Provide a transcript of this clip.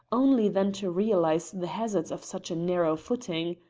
only then to realise the hazards of such a narrow footing.